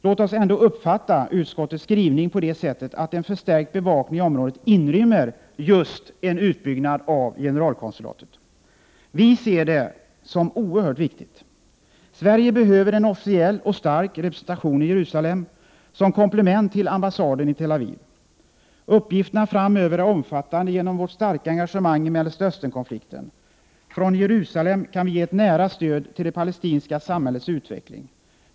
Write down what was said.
Låt oss ändå uppfatta utskottets skrivning på det sättet, att en förstärkt bevakning i området inrymmer just en utbyggnad av generalkonsulatet. Vi ser detta som oerhört viktigt. Sverige behöver en officiell och stark representation i Jerusalem som komplement till ambassaden i Tel Aviv. Uppgifterna framöver är omfattande på grund av vårt starka engagemang i Mellersta Östern-konflikten. Från Jerusalem kan vi ge ett nära stöd till det palestinska samhällets utveckling.